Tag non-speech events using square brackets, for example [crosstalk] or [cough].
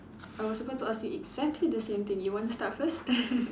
I was about to ask you exactly the same thing you want to start first [laughs]